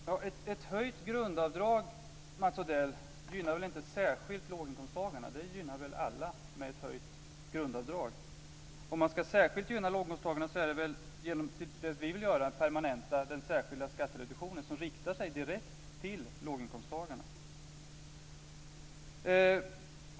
Herr talman! Ett höjt grundavdrag gynnar väl inte särskilt låginkomsttagarna, Mats Odell? Ett höjt grundavdrag gynnar väl alla? Om man särskilt ska gynna låginkomsttagarna sker det genom det vi vill göra, nämligen att permanenta den särskilda skattereduktionen som riktar sig direkt till låginkomsttagarna.